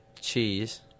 cheese